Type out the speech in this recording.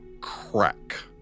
crack